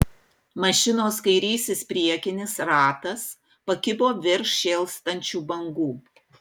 mašinos kairysis priekinis ratas pakibo virš šėlstančių bangų